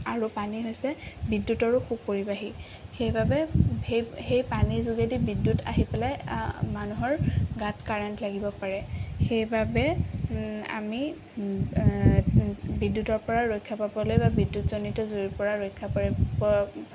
আৰু পানী হৈছে বিদ্যুতৰো সুপৰিবাহি সেইবাবে সেই সেই পানীৰ যোগেদি বিদ্যুত আহি পেলাই মানুহৰ গাত কাৰেণ্ট লাগিব পাৰে সেইবাবে আমি বিদ্যুতৰ পৰা ৰক্ষা পাবলৈ বা বিদ্যুতজনিত জুইৰ পৰা ৰক্ষা পৰি